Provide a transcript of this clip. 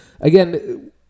again